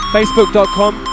Facebook.com